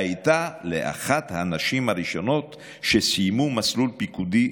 הייתה לאחת הנשים הראשונות שסיימו מסלול פיקודי